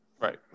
right